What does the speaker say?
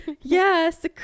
yes